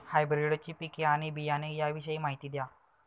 हायब्रिडची पिके आणि बियाणे याविषयी माहिती द्या